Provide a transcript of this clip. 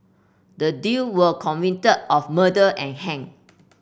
the duo were convicted of murder and hanged